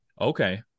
Okay